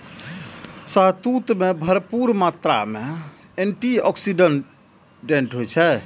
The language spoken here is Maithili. शहतूत मे भरपूर मात्रा मे एंटी आक्सीडेंट होइ छै